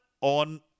on